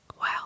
wow